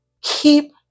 keep